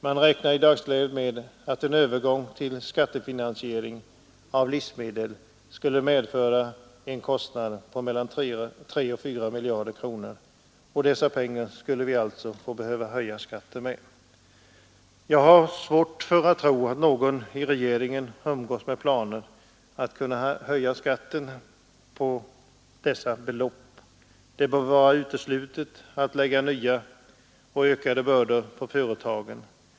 Man räknar i dagsläget med att en övergång till skattefinansiering av livsmedel skulle kosta 3—4 miljarder kronor. Dessa pengar skulle vi alltså behöva höja skatten med. Jag har svårt att tro att någon i regeringen umgås med planer på att höja skatterna med dessa belopp. Det bör vara uteslutet att lägga nya och ökade bördor på företagen.